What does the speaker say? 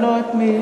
אני לא יודעת ממי,